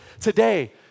Today